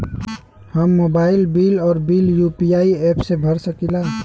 हम mobile bill और bill UPI app से भर सकिला